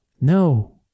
No